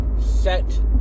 set